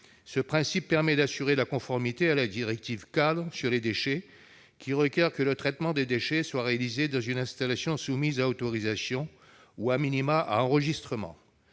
Ce principe permet d'assurer la conformité à la directive-cadre sur les déchets, qui requiert que le traitement de déchets soit réalisé dans une installation soumise à autorisation ou,, à enregistrement.